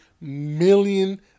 million